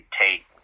take